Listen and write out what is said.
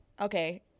Okay